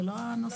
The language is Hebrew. זה לא הנושא.